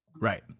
Right